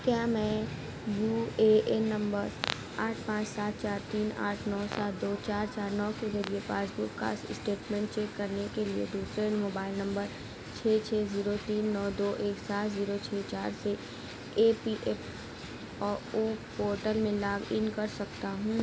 کیا میں U A N number آٹھ پانچ سات چار تین آٹھ نو سات دو چار چار نو کے ذریعے پاس بک کا اسٹیٹمنٹ چیک کرنے کے لیے دوسرے موبائل نمبر چھ چھ زیرو تین نو دو ایک سات زیرو چھ چار سے E P F O portal میں لاگ ان کر سکتا ہوں